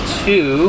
two